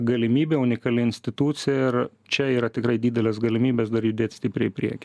galimybė unikali institucija ir čia yra tikrai didelės galimybės dar judėt stipriai į priekį